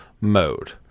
mode